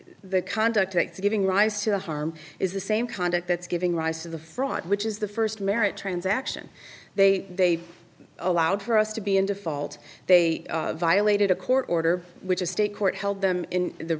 the conduct acts giving rise to harm is the same conduct that's giving rise to the fraud which is the first marriage transaction they allowed for us to be in default they violated a court order which is state court held them in the